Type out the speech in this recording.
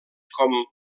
com